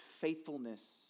faithfulness